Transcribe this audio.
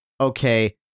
okay